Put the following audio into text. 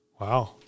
Wow